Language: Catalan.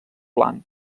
blanc